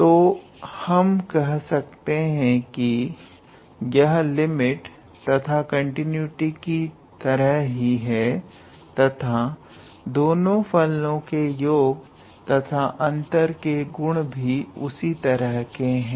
तो हम कह सकते हैं कि यह लिमिट तथा कंटिन्यूटि की तरह ही है तथा दो फलनों के योग तथा अंतर के गुण भी उसी तरह के हैं